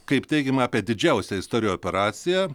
kaip teigiama apie didžiausią istorijoje operaciją